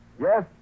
Yes